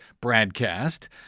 broadcast